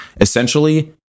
Essentially